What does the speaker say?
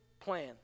plan